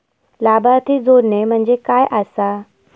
लाभार्थी जोडणे म्हणजे काय आसा?